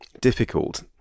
difficult